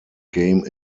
game